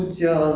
我